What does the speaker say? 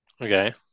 Okay